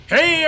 Hey